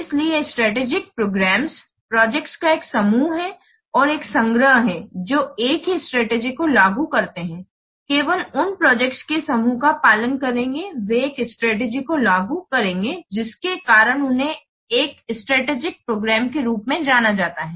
इसलिए strategic programmes projects का एक समूह है और एक संग्रह है जो एक ही स्ट्रेटेजी को लागू करते हैं केवल उन प्रोजेक्ट्स के समूह का पालन करेंगे वे एक स्ट्रेटेजी को लागू करेंगे जिसके कारण उन्हें एक स्ट्रेटेजिक प्रोग्राम्स के रूप में जाना जाता है